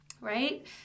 right